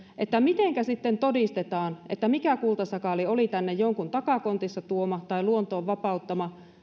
mitenkä sitten todistetaan mikä kultasakaali oli tänne jonkun takakontissaan tuoma tai luontoon vapauttama